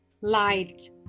light